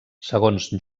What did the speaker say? segons